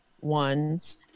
ones